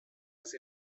sie